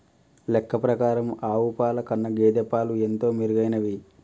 లెక్క ప్రకారం ఆవు పాల కన్నా గేదె పాలు ఎంతో మెరుగైనవి